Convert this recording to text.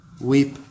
Weep